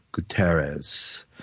Guterres